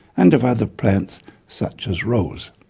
and of other plants such as rose.